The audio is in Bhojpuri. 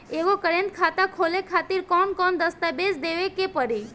एगो करेंट खाता खोले खातिर कौन कौन दस्तावेज़ देवे के पड़ी?